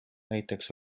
näiteks